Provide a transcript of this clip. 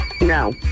No